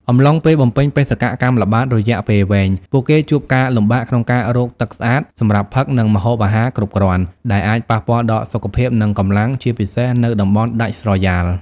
អំឡុងពេលបំពេញបេសកកម្មល្បាតរយៈពេលវែង ពួកគេជួបការលំបាកក្នុងការរក ទឹកស្អាត សម្រាប់ផឹក និង ម្ហូបអាហារ គ្រប់គ្រាន់ ដែលអាចប៉ះពាល់ដល់សុខភាព និងកម្លាំង ជាពិសេសនៅតំបន់ដាច់ស្រយាល។